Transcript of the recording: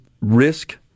risk